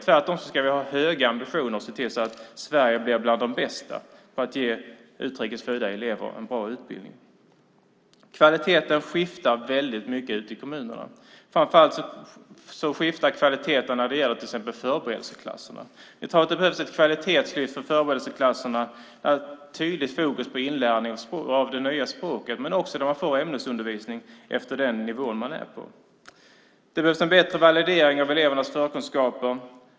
Tvärtom ska vi ha höga ambitioner och se till att Sverige blir bland de bästa på att ge utrikes födda elever en bra utbildning. Kvaliteten skiftar väldigt mycket ute i kommunerna. Framför allt skiftar kvaliteten när det gäller förberedelseklasserna. Vi tror att det behövs ett kvalitetslyft för förberedelseklasserna med tydligt fokus på inlärning av det nya språket men också där man får ämnesundervisning efter den nivå man är på. Det behövs en bättre validering av elevernas förkunskaper.